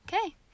okay